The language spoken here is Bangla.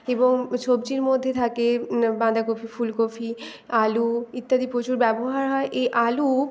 এবং সবজির মধ্যে থাকে বাঁধাকপি ফুলকপি আলু ইত্যাদি প্রচুর ব্যবহার হয় এই আলু